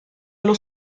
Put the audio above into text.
allo